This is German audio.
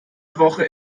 woche